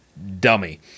dummy